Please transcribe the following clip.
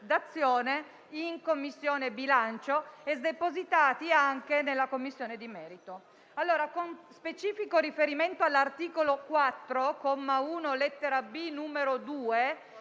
d'Azione in Commissione bilancio, e depositati anche nella Commissione di merito. Li leggo. Con specifico riferimento all'articolo 4, comma 1, lettera *b)*, numero 2,